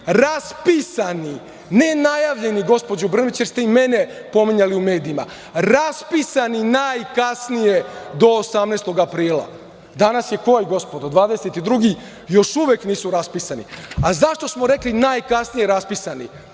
Znači, ne najavljeni, gospođo Brnabić, jer ste i mene pominjali u medijima, raspisani najkasnije do 18. aprila. Danas je koji, gospodo? Dvadeset drugi, još uvek nisu raspisani.Zašto smo rekli najkasnije raspisani?